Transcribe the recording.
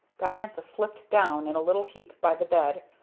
diantha slipped down in a little heap by the bed,